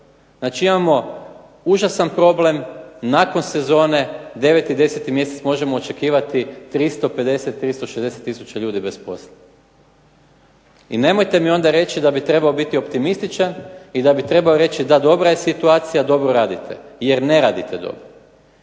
Znači imamo užasan problem nakon sezone, 9. i 10. mjesec možemo očekivati 350, 360 tisuća ljudi bez posla. I nemojte mi onda reći da bi trebao biti optimističan i da bi trebao reći da, dobra je situacija, dobro radite jer ne radite dobro